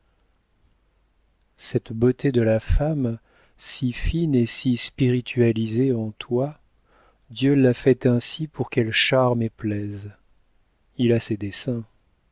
cette beauté de la femme si fine et si spiritualisée en toi dieu l'a faite ainsi pour qu'elle charme et plaise il a ses desseins